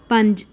ਪੰਜ